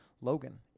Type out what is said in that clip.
Logan